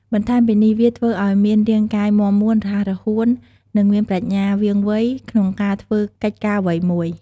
បន្ថែមពីនេះ វាធ្វើឲ្យមានរាងកាយមាំមួន រហ័សរហួន និងមានប្រាជ្ញាវាងវៃក្នុងការធ្វើកិច្ចការអ្វីមួយ។